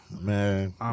Man